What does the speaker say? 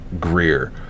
Greer